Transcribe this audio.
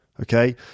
okay